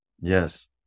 yes